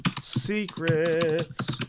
secrets